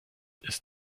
ist